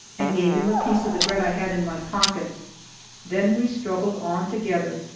and gave him a piece of the bread i had in my pocket then we struggled on together,